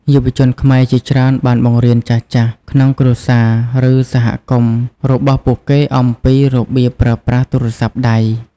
យុវជនខ្មែរជាច្រើនបានបង្រៀនចាស់ៗ ក្នុងគ្រួសារ ឬសហគមន៍របស់ពួកគេអំពីរបៀបប្រើប្រាស់ទូរស័ព្ទដៃ។